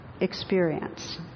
Experience